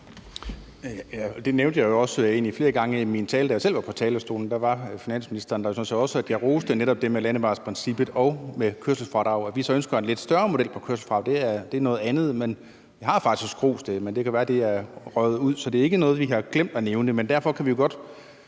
jeg nævnte det jo egentlig også flere gange i min tale, da jeg selv var på talerstolen, og der var finansministeren der jo sådan set også, altså at jeg netop roste det med landevejsprincippet og med kørselsfradraget. At vi så ønsker en lidt større model i forhold til kørselsfradraget, er noget andet. Jeg har faktisk rost det, men det kan være, at det er røget ud, så det er ikke noget, vi har glemt at nævne. Derfor synes jeg